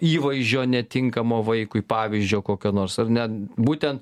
įvaizdžio netinkamo vaikui pavyzdžio kokio nors ar ne būtent